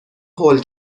هول